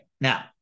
now